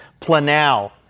planal